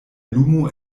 lumo